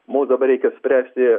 mums dabar reikia spręsti